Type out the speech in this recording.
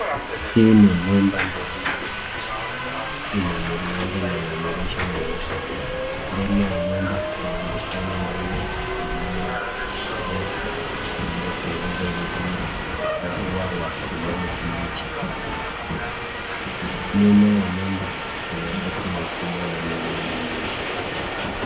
Hii ni nyumba ndogo. Ina milango na madirisha meupe. Mbele ya nyumba kuna bustani ndogo iliyo na nyasi iliyopunguzwa vizuri na ua wa kijani kibichi. Nyuma ya nyumba kuna miti mikubwa na mimea mingine.